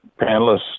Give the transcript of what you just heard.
panelists